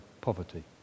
poverty